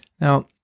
Now